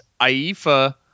aifa